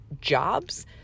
jobs